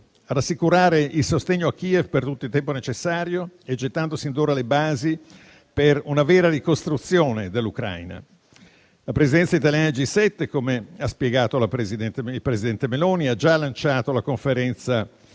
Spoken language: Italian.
a rassicurare il sostegno a Kiev per tutto il tempo necessario, gettando sin d'ora le basi per una vera ricostruzione dell'Ucraina. La Presidenza italiana del G7 - come ha spiegato il presidente Meloni - ha già lanciato la conferenza